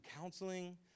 counseling